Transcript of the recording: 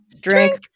Drink